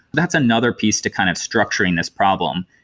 that's another piece to kind of structure in this problem.